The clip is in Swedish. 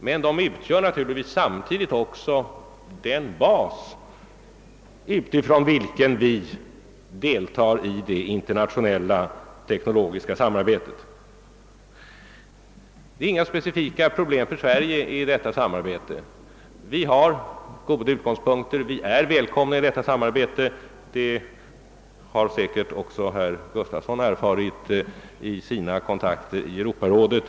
Men samtidigt utgör den föreslagna organisationen givetvis också en bas utifrån vilken vi deltar i det internationella teknologiska samarbetet. Detta teknologiska samarbete innebär inga speciella problem för Sverige. Vi har goda utgångspunkter och är välkomna att delta i samarbetet — det har säkerligen också herr Gustafson erfarit vid sitt arbete inom Europarådet.